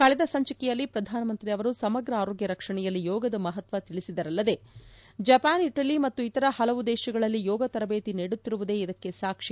ಕಳೆದ ಸಂಚಿಕೆಯಲ್ಲಿ ಪ್ರಧಾನ ಮಂತ್ರಿ ಅವರು ಸಮಗ್ರ ಆರೋಗ್ಡ ರಕ್ಷಣೆಯಲ್ಲಿ ಯೋಗದ ಮಹತ್ವವನ್ನು ತಿಳಿಸಿದರಲ್ಲದೆ ಜಪಾನ್ ಇಟಲಿ ಮತ್ತು ಇತರ ಹಲವು ದೇಶಗಳಲ್ಲಿ ಯೋಗ ತರಬೇತಿ ನೀಡುತ್ತಿರುವುದೇ ಇದಕ್ಕೆ ಸಾಕ್ಷಿ